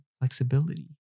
flexibility